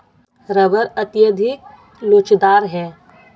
rubber अत्यधिक लोचदार है